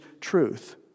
truth